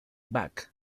back